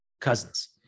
cousins